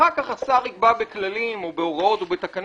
אחר כך השר יקבע בכללים, או בהוראות, או בתקנות.